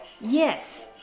Yes